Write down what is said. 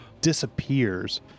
disappears